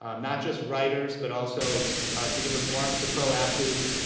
ah not just writers, but also to give a forum to pro athletes,